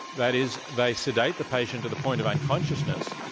that is they sedate the patient to the point of unconsciousness.